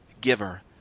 giver